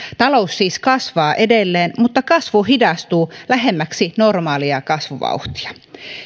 talous siis kasvaa edelleen mutta kasvu hidastuu lähemmäksi normaalia kasvuvauhtia